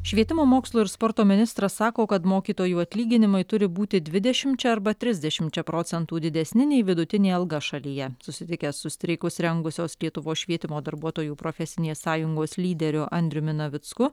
švietimo mokslo ir sporto ministras sako kad mokytojų atlyginimai turi būti dvidešimčia arba trisdešimčia procentų didesni nei vidutinė alga šalyje susitikęs su streikus rengusios lietuvos švietimo darbuotojų profesinės sąjungos lyderiu andriumi navicku